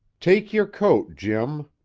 take your coat, jim,